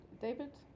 David